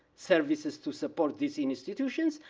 services to support these institutions,